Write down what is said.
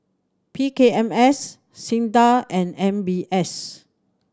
P K M S SINDA and M B S